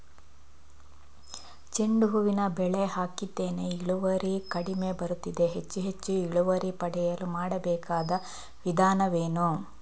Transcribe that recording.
ಚೆಂಡು ಹೂವಿನ ಬೆಳೆ ಹಾಕಿದ್ದೇನೆ, ಇಳುವರಿ ಕಡಿಮೆ ಬರುತ್ತಿದೆ, ಹೆಚ್ಚು ಹೆಚ್ಚು ಇಳುವರಿ ಪಡೆಯಲು ಮಾಡಬೇಕಾದ ವಿಧಾನವೇನು?